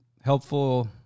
helpful